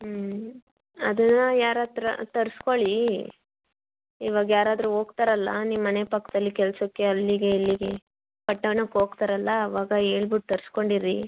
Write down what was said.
ಹ್ಞೂ ಅದನ್ನು ಯಾರು ಹತ್ರ ತರ್ಸ್ಕೊಳ್ಳಿ ಇವಾಗ ಯಾರಾದರೂ ಹೋಗ್ತಾರಲ್ಲ ನಿಮ್ಮ ಮನೆ ಪಕ್ಕದಲ್ಲಿ ಕೆಲಸಕ್ಕೆ ಅಲ್ಲಿಗೆ ಇಲ್ಲಿಗೆ ಪಟ್ಟಣಕ್ಕೆ ಹೋಗ್ತಾರಲ್ಲ ಆವಾಗ ಹೇಳ್ಬಿಟ್ ತರ್ಸ್ಕೊಂಡು ಇರಿ